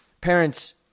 Parents